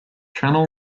channel